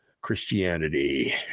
Christianity